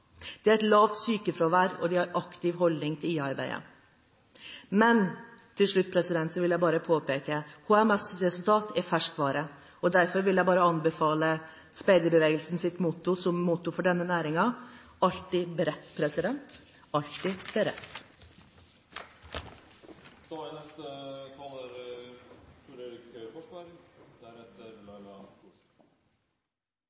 et lavt sykefravær og en aktiv holdning til IA-arbeidet. Til slutt vil jeg påpeke at HMS-resultat er ferskvare. Derfor vil jeg anbefale speiderbevegelsens motto som motto for denne næringen: Alltid beredt, alltid beredt. Det er